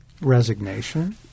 resignation